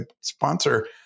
sponsor